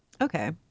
Okay